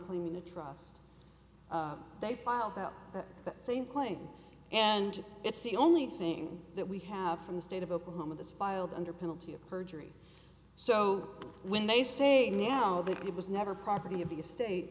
claiming to trust they filed out that same claim and it's the only thing that we have from the state of oklahoma that's filed under penalty of perjury so when they say now that it was never property of the estate